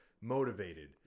motivated